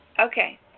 Okay